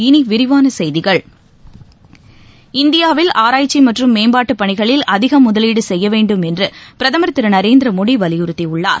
இனி விரிவான செய்திகள் இந்தியாவில் ஆராய்ச்சி மற்றும் மேம்பாட்டு பணிகளில் அதிக முதலீடு செய்ய வேண்டும் என்று பிரதமர் திரு நரேந்திர மோடி வலியுறுத்தியுள்ளார்